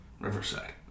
Riverside